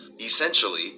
Essentially